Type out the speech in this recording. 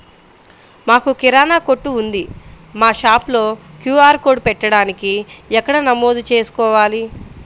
మాకు కిరాణా కొట్టు ఉంది మా షాప్లో క్యూ.ఆర్ కోడ్ పెట్టడానికి ఎక్కడ నమోదు చేసుకోవాలీ?